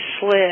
slid